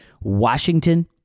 Washington